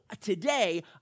today